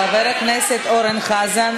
חבר הכנסת אורן חזן,